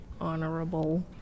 honorable